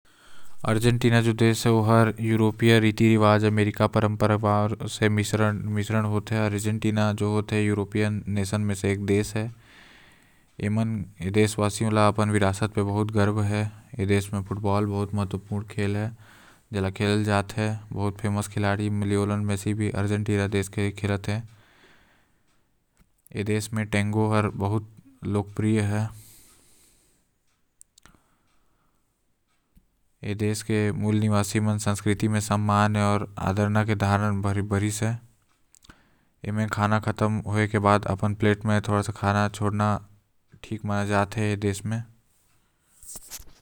अर्जेंटीना जो देश हे वो यूरोपीयअन रीति रिवाज आऊ अमेरिकन परंपरा से मिश्रित हैव। अर्जेंटीना जो है ओ यूरोपियन नेशन म एक देश हे आऊ ए देश म जो टांगो जो खेल है ओ बहुत लोकप्रिय है।